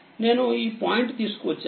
నేనుఈ point తీసుకువచ్చాను